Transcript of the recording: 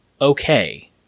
okay